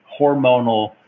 hormonal